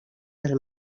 del